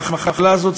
של המחלה הזאת,